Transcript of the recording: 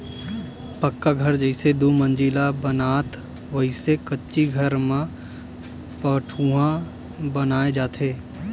पक्का घर जइसे दू मजिला बनाथन वइसने कच्ची घर म पठउहाँ बनाय जाथे